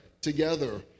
together